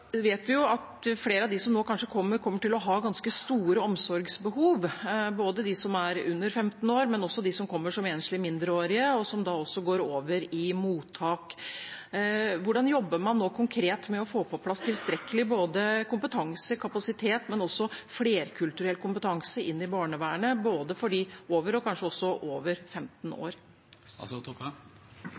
vet vi at flere av dem som nå kanskje kommer, kommer til å ha ganske store omsorgsbehov – både de som er under 15 år og de som kommer som enslige mindreårige, og som altså går over i mottak. Hvordan jobber man nå konkret med å få på plass tilstrekkelig kompetanse og kapasitet, også flerkulturell kompetanse, i barnevernet, også for dem over 15 år?